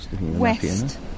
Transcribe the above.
west